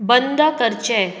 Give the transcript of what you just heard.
बंद करचें